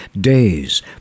Days